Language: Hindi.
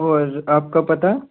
और आपका पता